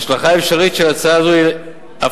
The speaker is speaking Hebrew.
ההשלכה האפשרית של הצעה זו היא הפחתת